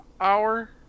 hour